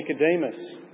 Nicodemus